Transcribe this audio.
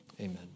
Amen